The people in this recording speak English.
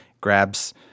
grabs